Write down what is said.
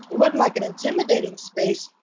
wasn't like an intimidating space,